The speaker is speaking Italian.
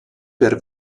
per